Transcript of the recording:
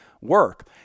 work